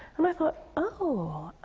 and i thought, oh. i